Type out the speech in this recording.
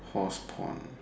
horse porn